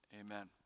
Amen